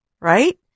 right